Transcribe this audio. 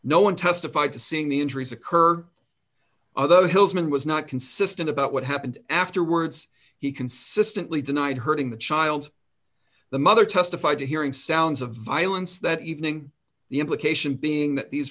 no one testified to seeing the injuries occur although hill's man was not consistent about what happened afterwards he consistently denied hurting the child the mother testified to hearing sounds of violence that evening the implication being that these